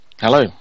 Hello